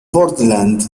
portland